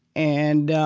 and